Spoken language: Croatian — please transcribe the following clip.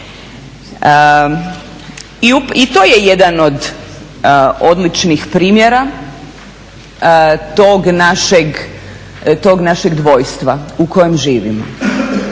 I to je jedan od odličnih primjera tog našeg dvojstva u kojem živimo.